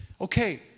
Okay